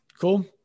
Cool